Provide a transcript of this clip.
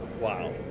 Wow